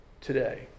today